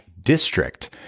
district